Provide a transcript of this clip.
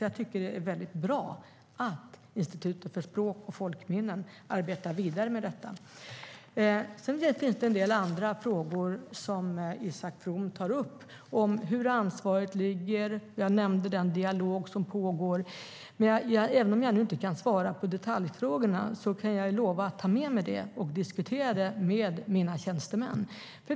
Jag tycker att det är väldigt bra att Institutet för språk och folkminnen arbetar vidare med detta. Det finns också en del andra frågor som Isak From tar upp om var ansvaret ligger - jag nämnde tidigare den dialog som pågår. Även om jag ännu inte kan svara i detalj på frågorna kan jag lova att ta med mig frågorna och diskutera dem med mina tjänstemän.